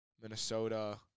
Minnesota